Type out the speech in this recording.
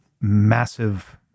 massive